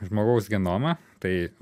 žmogaus genomą tai